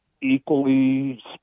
equally